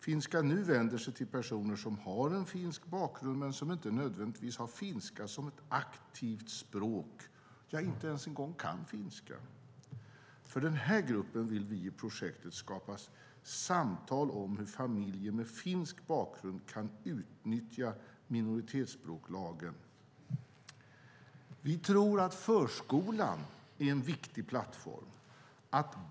Finska nu vänder sig till personer som har en finsk bakgrund men som inte nödvändigtvis har finska som aktivt språk eller som kanske inte ens en gång kan finska. För denna grupp vill vi i projektet skapa samtal om hur familjer med finsk bakgrund kan utnyttja minoritetsspråklagen. Vi tror att förskolan är en viktig plattform.